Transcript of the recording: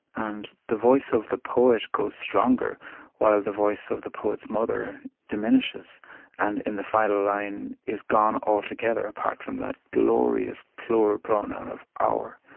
and the voice of the poet grows stronger while the voice of the poet's mother diminishes and, in the final line, is gone altogether, apart from that glorious plural pronoun of our.